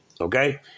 Okay